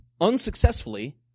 unsuccessfully